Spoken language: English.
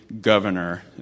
governor